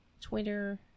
Twitter